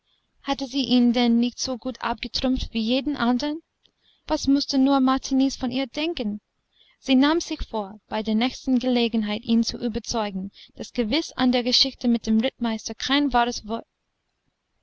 hatte sie ihn denn nicht so gut abgetrumpft wie jeden andern was mußte nur martiniz von ihr denken sie nahm sich vor bei der nächsten gelegenheit ihn zu überzeugen daß gewiß an der geschichte mit dem rittmeister kein wahres w